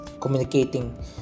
communicating